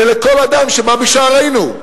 ולכל אדם שבא בשערינו.